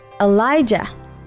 Elijah